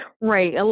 Right